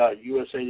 USA